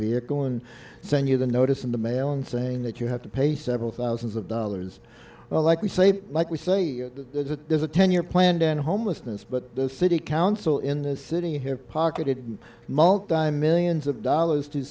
vehicle and send you the notice in the mail and saying that you have to pay several thousands of dollars well like we say like we say you know there's a there's a ten year plan to end homelessness but the city council in this city here pocketed multimillions of dollars to